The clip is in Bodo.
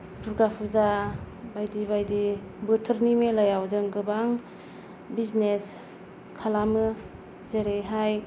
दुर्गा फुजा बायदि बायदि बोथोरनि मेलायाव जों गोबां बिजनेस खालामो जेरैहाय